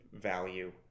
value